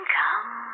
come